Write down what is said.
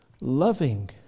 loving